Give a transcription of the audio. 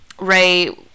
Ray